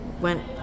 went